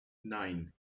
nine